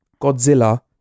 Godzilla